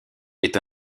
est